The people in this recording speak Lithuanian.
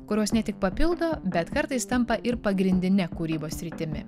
kurios ne tik papildo bet kartais tampa ir pagrindine kūrybos sritimi